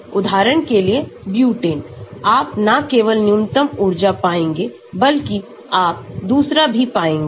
उदाहरण के लिए ब्यूटेन आपना केवल न्यूनतम ऊर्जा पाएंगे बल्कि आपदूसरा भी पाएंगे